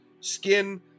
skin